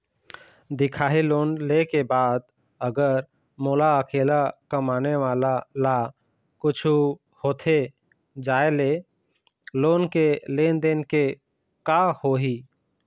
दिखाही लोन ले के बाद अगर मोला अकेला कमाने वाला ला कुछू होथे जाय ले लोन के लेनदेन के का होही?